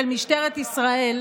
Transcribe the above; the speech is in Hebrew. משטרת ישראל,